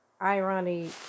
irony